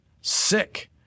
Sick